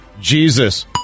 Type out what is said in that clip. Jesus